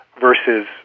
Versus